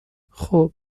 خوب